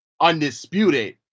undisputed